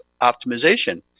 optimization